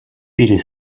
viele